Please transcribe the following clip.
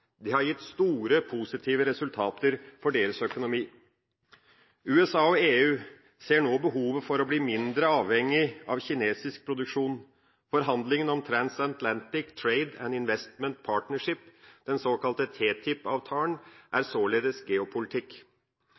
Det har gitt store, positive resultater for deres økonomi. USA og EU ser nå behovet for å bli mindre avhengig av kinesisk produksjon. Forhandlingene om Transatlantic Trade and Investment Partnership, den såkalte TTIP-avtalen, er således geopolitikk.